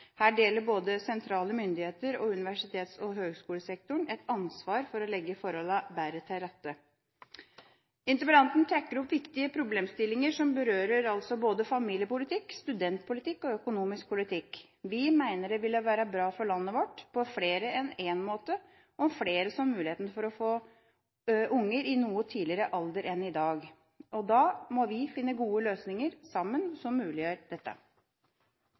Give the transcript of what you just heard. Her deler både sentrale myndigheter og universitets- og høgskolesektoren et ansvar for å legge forholdene bedre til rette. Interpellanten tar opp viktige problemstillinger som altså berører både familiepolitikk, studentpolitikk og økonomisk politikk. Vi mener det ville være bra for landet vårt på mer enn én måte om flere så muligheten for å få barn i noe lavere alder enn i dag. Da må vi sammen finne gode løsninger som muliggjør dette.